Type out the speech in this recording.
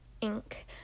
Ink